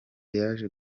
yaje